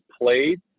played